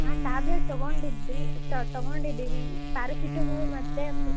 ಹಾಂ ಟ್ಯಾಬ್ಲೆಟ್ ತಗೊಂಡಿದ್ವಿ ತಗೊಂಡಿದ್ದೀವಿ ಪ್ಯಾರಾಸಿಟಾಮಲ್ ಮತ್ತೆ